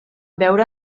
veure